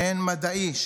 מעין מדעי,